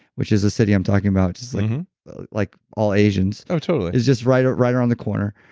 which is a city i'm talking about just like all asians oh totally it's just right right around the corner.